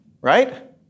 right